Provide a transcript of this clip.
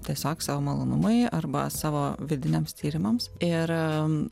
tiesiog savo malonumui arba savo vidiniams tyrimams ir